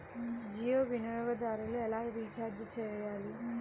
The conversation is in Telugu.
జియో వినియోగదారులు ఎలా రీఛార్జ్ చేయాలి?